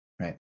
right